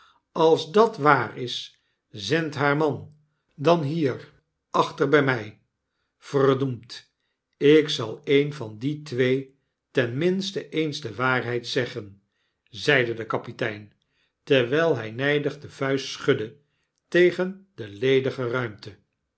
als dat waar is zend haar man dan hier achter by my verdoemd ik zal een van die twee ten minste eens de waarheid zeggen zeide de kapitein terwyl hij nydig de vuist schudde tegen de ledige rui'mte